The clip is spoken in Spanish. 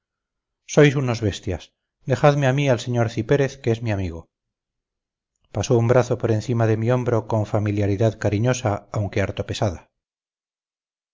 sois unos bestias dejadme a mí al sr cipérez que es mi amigo pasó un brazo por encima de mi hombro con familiaridad cariñosa aunque harto pesada